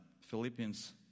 Philippians